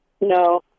No